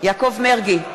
יעקב מרגי,